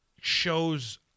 shows